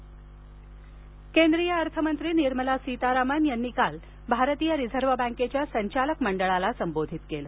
अर्थमंत्री केंद्रीय अर्थमंत्री निर्मला सीतारामन यांनी काल भारतीय रिझर्व्ह बँकेच्या संचालक मंडळाला संबोधित केलं